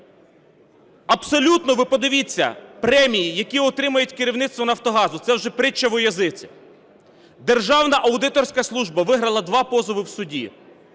Абсолютно. Ви подивіться премії, які отримують керівництво "Нафтогазу". Це вже притча во язицех. Державна аудиторська служба виграла два позови в суді,